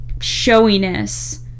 showiness